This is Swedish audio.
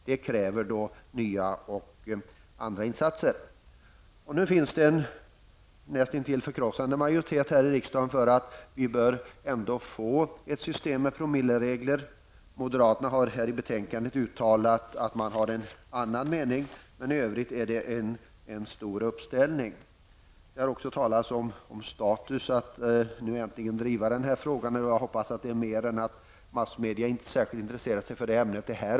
Det kräver nya och andra insatser. Nu finns det en näst intill förkrossande majoritet här i riksdagen för att vi bör få ett system med promilleregler. Moderaterna har i betänkandet uttalat att de har en annan mening, men i övrigt är det en stor uppställning bakom förslagen. Det har äntligen blivit status att driva den här frågan, och jag hoppas att det beror på andra saker än att massmedia inte intresserat sig särskilt för det ämnet detta år.